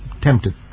tempted